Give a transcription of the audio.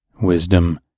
wisdom